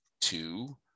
two